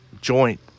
joint